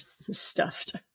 stuffed